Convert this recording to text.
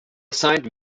assigned